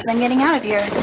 i'm getting out of here.